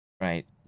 right